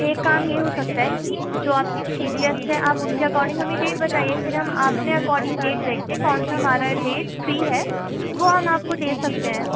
ایک کام یہ ہو سکتا ہے کہ جو آپ کی چیف گیسٹ ہے آپ ان کے اکارڈنگ ہمیں ڈیٹ بتائیے پھر ہم آپ نے اکارڈنگ ڈیٹ دیکھتے ہیں کون سا ہمارا ڈیٹ فری ہے وہ ہم آپ کو دے سکتے ہیں